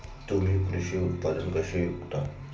तुम्ही कृषी उत्पादने कशी विकता?